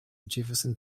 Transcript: jefferson